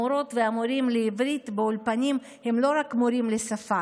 המורות והמורים לעברית באולפנים הם לא רק מורים לשפה,